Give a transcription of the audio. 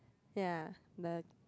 ya the